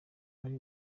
ari